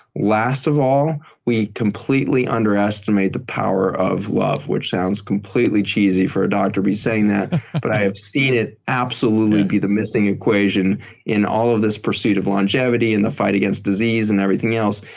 last of all, we completely underestimate the power of love, which sounds completely cheesy for a doctor to be saying that but i have seen it absolutely be the missing equation in all of this pursuit of longevity and the fight against disease and everything else.